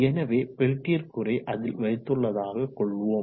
எனவே பெல்டியர் கூறை அதில் வைத்துள்ளதாக கொள்வோம்